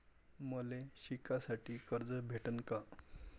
मले शिकासाठी कर्ज भेटन का?